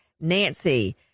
Nancy